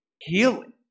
healing